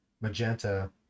Magenta